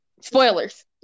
Spoilers